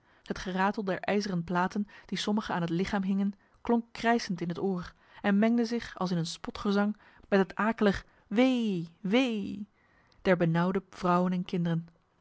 het geratel der ijzeren platen die sommigen aan het lichaam hingen klonk krijsend in het oor en mengde zich als in een spotgezang met het akelig wee wee der benauwde vrouwen en kinderen